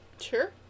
Sure